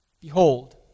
Behold